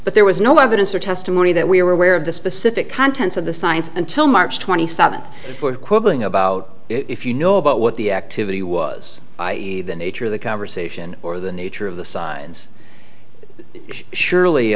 but there was no evidence or testimony that we were aware of the specific contents of the science until march twenty seventh for quibbling about if you know about what the activity was i e the nature of the conversation or the nature of the science surely